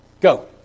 go